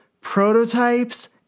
Prototypes